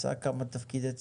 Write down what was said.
עשה כמה תפקידי ציבור.